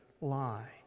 lie